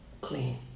clean